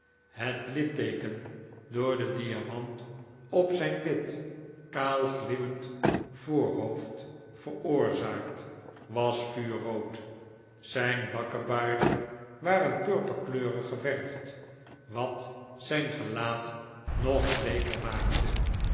het litteeken door den diamant op zijn wit kaal glimmend voorhoofd veroorzaakt was vuurrood zijn bakkebaarden waren purperkleurig geverfd wat zijn gelaat nog bleeker maakte